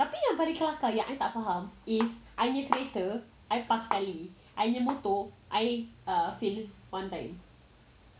tapi yang paling kelakar yang I tak faham is I punya kereta I pass sekali I punya motor I fail it one time